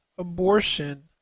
abortion